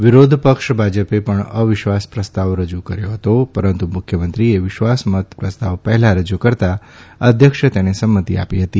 વિરોધ પક્ષ ભાજપે પણ અવિશ્વાસ પ્રસ્તાવ રજૂ કર્યો હતો પરંતુ મુખ્યમંત્રીને વિશ્વાસમત પ્રસ્તાવ પહેલાં રજૂ કરતા અધ્યક્ષે તેને સંમતિ આપી હતી